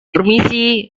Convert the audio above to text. permisi